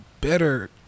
better